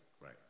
right